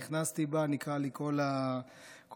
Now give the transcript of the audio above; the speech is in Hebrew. נכנסתי בה ונקרעו לי כל הפנים,